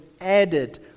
added